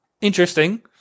interesting